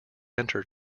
enter